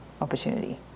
opportunity